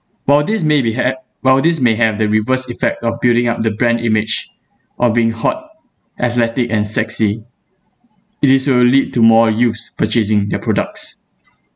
while this may be ha~ while this may have the reverse effect of building up the brand image of being hot athletic and sexy it is will lead to more youths purchasing their products